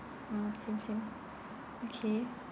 uh same same okay